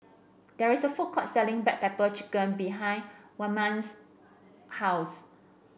there is a food court selling Black Pepper Chicken behind Wayman's house